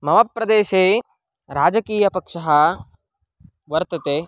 मम प्रदेशे राजकीयपक्षः वर्तते